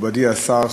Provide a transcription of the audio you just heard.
מכובדי השר,